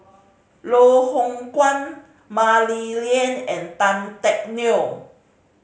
Loh Hoong Kwan Mah Li Lian and Tan Teck Neo